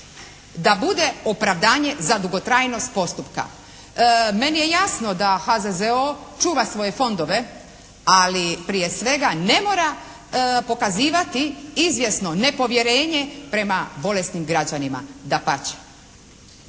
da bude opravdanje za dugotrajnost postupka. Meni je jasno da HZZO čuva svoje fondove, ali prije svega ne mora pokazivati izvjesno nepovjerenje prema bolesnim građanima, dapače.